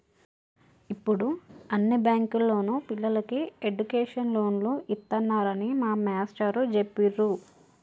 యిప్పుడు అన్ని బ్యేంకుల్లోనూ పిల్లలకి ఎడ్డుకేషన్ లోన్లు ఇత్తన్నారని మా మేష్టారు జెప్పిర్రు